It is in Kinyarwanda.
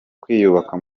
kwiyubaka